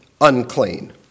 unclean